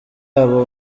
aba